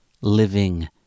living